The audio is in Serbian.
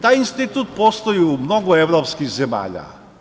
Taj institut postoji u mnogo evropskih zemalja.